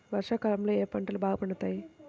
వర్షాకాలంలో ఏ పంటలు బాగా పండుతాయి?